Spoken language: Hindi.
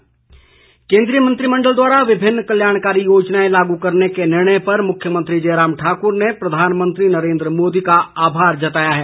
जयराम केंद्रीय मंत्रिमण्डल द्वारा विभिन्न कल्याणकारी योजनाएं लागू करने के निर्णय पर मुख्यमंत्री जयराम ठाकुर ने प्रधानमंत्री नरेन्द्र मोदी का आभार जताया है